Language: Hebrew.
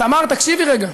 תמר, תקשיבי רגע.